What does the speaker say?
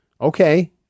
Okay